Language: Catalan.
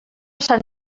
sant